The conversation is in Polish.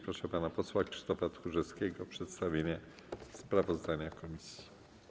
Proszę pana posła Krzysztofa Tchórzewskiego o przedstawienie sprawozdania komisji.